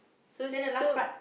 so so